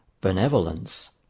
benevolence